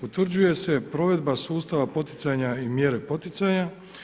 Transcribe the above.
Utvrđuje se provedba sustava poticanja i mjere poticaja.